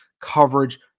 coverage